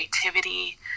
creativity